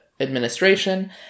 administration